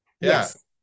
Yes